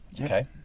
okay